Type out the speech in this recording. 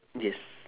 yes